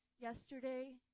yesterday